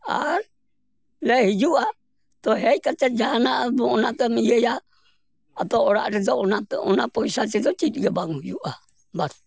ᱟᱨ ᱞᱮ ᱦᱤᱡᱩᱜᱼᱟ ᱛᱚ ᱦᱮᱡ ᱠᱟᱛᱮ ᱡᱟᱦᱟᱱᱟᱜ ᱵᱚ ᱚᱱᱟᱛᱮᱢ ᱤᱭᱟᱹᱭᱟ ᱟᱛᱳ ᱚᱲᱟᱜ ᱨᱮᱫᱚ ᱚᱱᱟ ᱛᱚ ᱚᱱᱟ ᱯᱚᱭᱥᱟ ᱛᱮᱫᱚ ᱪᱮᱫ ᱜᱮ ᱵᱟᱝ ᱦᱩᱭᱩᱜᱼᱟ ᱵᱟᱥ